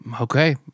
Okay